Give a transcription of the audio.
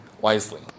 wisely